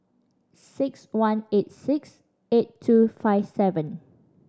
six one eight six eight two five seven